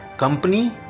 company